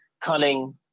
cunning